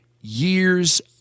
years